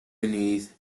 beneath